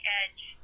edge